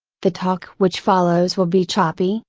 the talk which follows will be choppy,